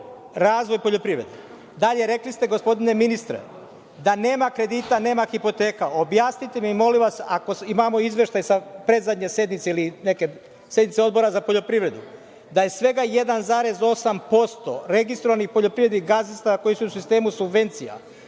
razvoj poljoprivrede? Dalje, rekli ste gospodine ministre, da nema kredita, nema hipoteka. Objasnite mi, molim vas, ako imamo izveštaj sa predzadnje sednice, ili neke sednice Odbora za poljoprivredu, da je svega 1,8% registrovanih poljoprivrednih gazdinstava koja su u sistemu subvencija